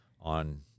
on